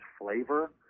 flavor